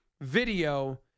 video